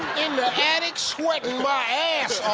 in the attic sweating my ass